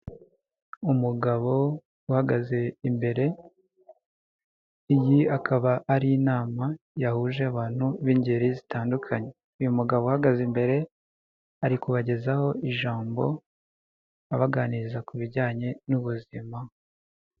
Umugabo uhagaze imbere, iyi akaba ari inama yahuje abantu b'ingeri zitandukanye, uyu mugabo uhagaze imbere ari kubagezaho ijambo abaganiriza ku bijyanye n'ubuzima.